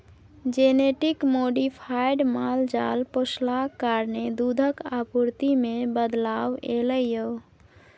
genetic modified माल जाल पोसलाक कारणेँ दुधक आपुर्ति मे बदलाव एलय यै